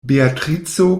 beatrico